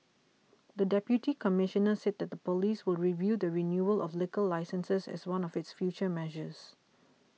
the Deputy Commissioner said that the police will review the renewal of liquor licences as one of its future measures